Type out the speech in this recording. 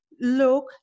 look